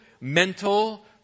mental